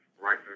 Right